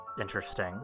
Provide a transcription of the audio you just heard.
Interesting